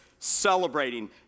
celebrating